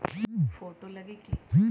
Photo लगी कि?